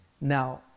Now